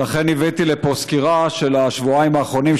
ולכן הבאתי לפה סקירה של השבועיים האחרונים,